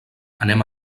anem